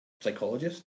psychologist